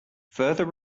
further